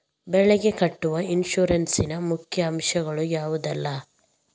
ಬೆಳೆಗೆ ಕಟ್ಟುವ ಇನ್ಸೂರೆನ್ಸ್ ನ ಮುಖ್ಯ ಅಂಶ ಗಳು ಯಾವುದೆಲ್ಲ?